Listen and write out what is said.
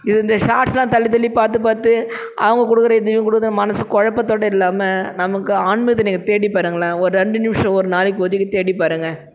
இது வந்து ஷார்ட்ஸெலாம் தள்ளி தள்ளி பார்த்து பார்த்து அவங்க கொடுக்குற இதையும் கொடுக்குற மனது குழப்பத்தோட இல்லாமல் நமக்கு ஆன்மீகத்தை நீங்கள் தேடி பாருங்களேன் ஒரு ரெண்டு நிமிஷம் ஒரு நாளைக்கு ஒதுக்கி தேடி பாருங்க